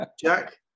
Jack